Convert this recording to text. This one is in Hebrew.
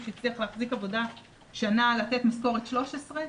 שהצליח להחזיק עבודה שנה לתת משכורת 13,